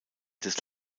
des